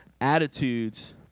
attitudes